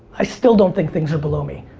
i still don't think things are below me.